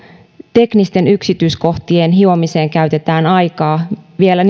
teknisten yksityiskohtien hiomiseen käytetään aikaa vaikka vielä